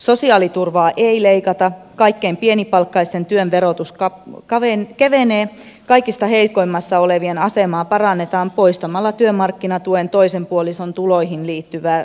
sosiaaliturvaa ei leikata kaikkein pienipalkkaisimpien työn verotus kevenee kaikista heikoimmassa asemassa olevien asemaa parannetaan poistamalla työmarkkinatuesta puolison tuloihin liittyvä tarveharkinta